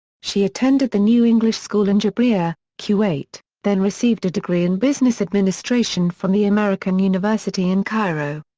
she attended the new english school in jabriya, kuwait, then received a degree in business administration from the american university in cairo.